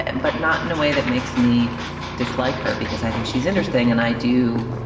but not in a way that makes me dislike her, because i think she's interesting. and i do.